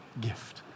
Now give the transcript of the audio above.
gift